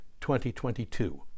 2022